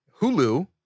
Hulu